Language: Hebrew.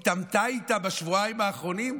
היא התעמתה איתה בשבועיים האחרונים?